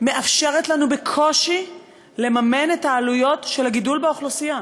מאפשרת לנו בקושי לממן את העלויות של הגידול באוכלוסייה.